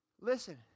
Listen